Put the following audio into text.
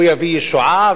הוא יביא ישועה.